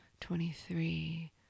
twenty-three